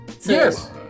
Yes